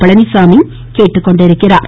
பழனிச்சாமி கேட்டுக்கொண்டுள்ளார்